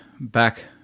back